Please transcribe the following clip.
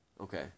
Okay